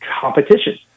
competition